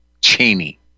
Cheney